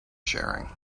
sharing